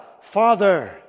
Father